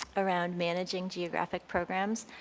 around managing geographic programs,